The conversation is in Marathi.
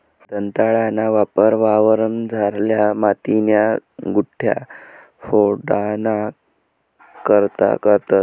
दंताळाना वापर वावरमझारल्या मातीन्या गुठया फोडाना करता करतंस